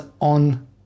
on